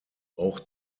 auch